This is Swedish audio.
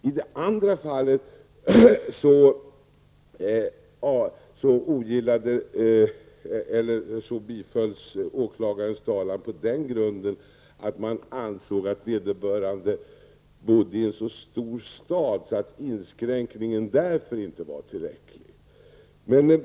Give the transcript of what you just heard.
I det andra fallet bifölls åklagarens talan på den grunden att man ansåg att vederbörande bodde i en så stor stad att inskränkningen därför inte vore tillräcklig.